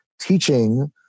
teaching